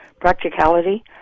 practicality